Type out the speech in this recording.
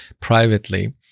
privately